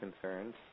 concerns